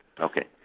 okay